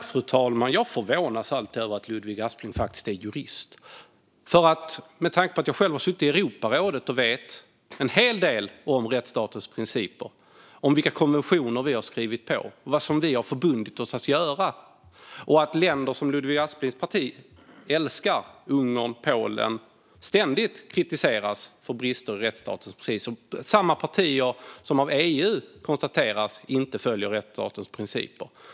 Fru talman! Jag förvånas alltid över att Ludvig Aspling faktiskt är jurist, med tanke på att jag själv har suttit i Europarådet och vet en hel del om rättsstatens principer, vilka konventioner vi har skrivit på och vad vi har förbundit oss att göra. Jag vet också att länder som Ludvig Asplings parti älskar - Ungern, Polen - ständigt kritiseras för brister när det gäller rättsstatens principer. Det är samma länder som EU konstaterar inte följer rättsstatens principer.